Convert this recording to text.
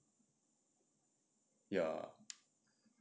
ya